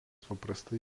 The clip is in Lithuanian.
paprastai